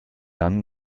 dann